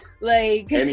Like-